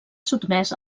sotmès